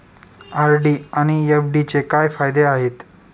RD आणि एफ.डीचे काय फायदे आहेत?